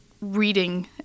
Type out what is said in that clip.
reading